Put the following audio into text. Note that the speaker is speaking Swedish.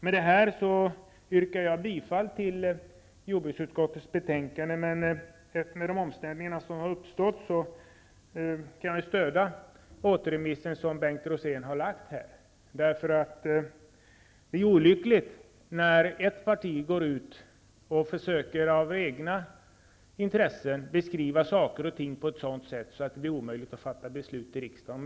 Med detta yrkar jag bifall till hemställan i jordbruksutskottets betänkande. Men under de omständigheter som uppkommit kan jag stödja det yrkande om återremiss som Bengt Rosén har framställt. Det är ju olyckligt när ett parti går ut och av egna intressen försöker beskriva saker och ting på ett sådant sätt att det blir omöjligt att fatta beslut i riksdagen.